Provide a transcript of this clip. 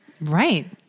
Right